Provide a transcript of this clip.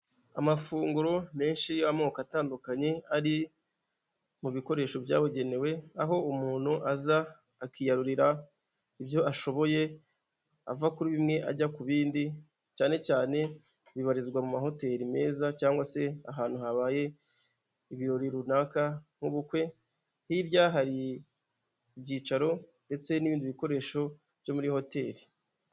Amafunguro menshi y'amoko atandukanye ari mu bikoresho byabugenewe, aho umuntu aza akiyarurira ibyo ashoboye ava kuri bimwe ajya ku bindi, cyane cyane bibarizwa mu mahoteri meza cyangwa se ahantu habaye ibirori runaka nk'ubukwe, hirya hari ibyicaro ndetse n'ibindi bikoresho byo muri hoteri.